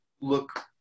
look